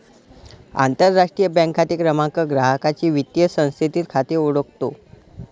आंतरराष्ट्रीय बँक खाते क्रमांक ग्राहकाचे वित्तीय संस्थेतील खाते ओळखतो